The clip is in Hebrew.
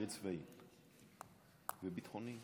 וצבאי וביטחוני.